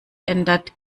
ändert